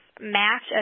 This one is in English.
match